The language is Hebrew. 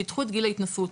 שידחו את גיל ההתנסות,